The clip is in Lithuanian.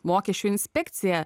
mokesčių inspekcija